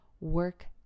work